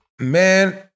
man